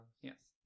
Yes